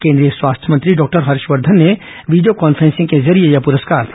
केंद्रीय स्वास्थ्य मंत्री डॉक्टर हर्षवर्धन ने वीडियो कॉन्फ्रेंसिंग के जरिये यह पुरस्कार प्रदान किया